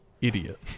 idiot